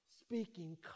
speaking